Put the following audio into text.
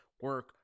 Work